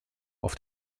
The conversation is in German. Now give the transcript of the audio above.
auf